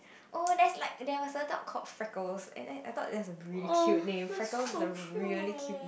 oh that's like there was a dog called freckles and and I thought that was a really cute name freckles is a really cute